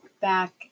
back